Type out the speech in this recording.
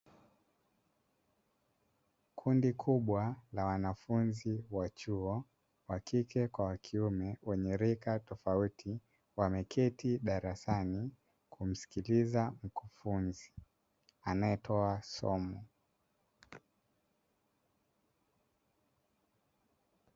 Kundi kubwa la wanafunzi wa chuo wa kike kwa wa kiume wenye rika tofauti wameketi darasani kumsikiliza mkufunzi anayetoa somo.